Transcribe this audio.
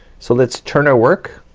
so let's turn our work,